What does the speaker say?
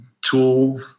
Tool